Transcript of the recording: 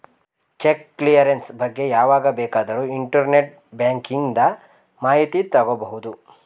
check clearance ಬಗ್ಗೆ ಯಾವಾಗ ಬೇಕಾದರೂ ಇಂಟರ್ನೆಟ್ ಬ್ಯಾಂಕಿಂದ ಮಾಹಿತಿ ತಗೋಬಹುದು